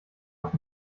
noch